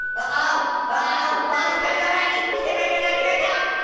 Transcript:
ah oh! baldi's coming already! he said ready or not, here i come.